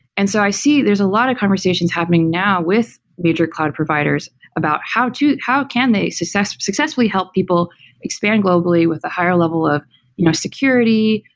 and so i see, there's a lot of conversations happening now with major cloud providers about how to how can they successfully successfully help people expand globally with a higher level of you know security,